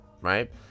right